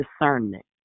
discernment